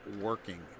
working